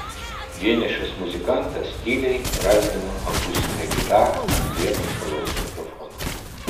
vienišas muzikantas tyliai brązgino akustinę gitarą prie nuošalaus mikrofono